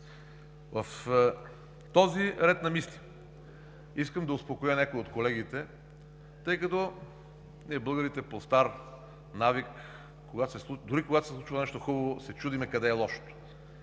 В този ред на мисли искам да успокоя някои от колегите, тъй като ние българите по стар навик, дори когато се случва нещо хубаво, се чудим къде е лошото,